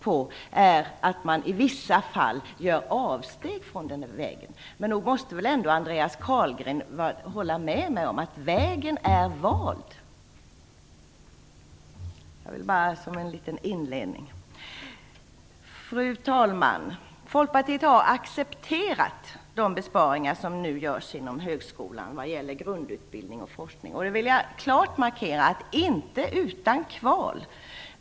Nu gör man i vissa fall avsteg från den vägen. Men nog måste väl ändå Andreas Carlgren hålla med mig om att vägen är vald. Fru talman! Folkpartiet har accepterat de besparingar som nu görs inom högskolan när det gäller grundutbildning och forskning. Jag vill klart markera att det inte har skett utan kval.